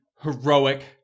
heroic